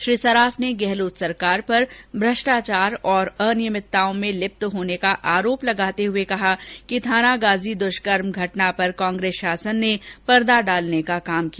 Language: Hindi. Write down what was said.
श्री सराफ ने गहलोत सरकार पर भ्रष्टाचार और अनियमितताओं में लिप्त होने का आरोप लगाते हुए कहा कि थानागाजी दुष्कर्म घटना पर कांग्रेस शासन ने पर्दा डालने का काम किया